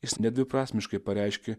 jis nedviprasmiškai pareiškė